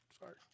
Sorry